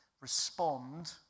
respond